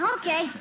okay